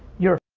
you're,